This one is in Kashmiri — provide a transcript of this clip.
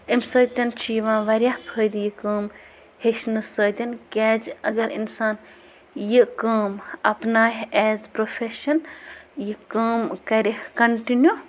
امہِ سۭتۍ چھِ یِوان واریاہ فٲیدٕ یہِ کٲم ہیٚچھنہٕ سۭتۍ کیٛازِ اَگر اِنسان یہِ کٲم اَپناے ہہ ایز پرٛوفٮ۪شَن یہِ کٲم کَرِ کَنٹِنیوٗ